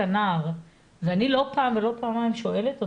הנער ואני לא פעם ולא פעמיים שואלת אותם.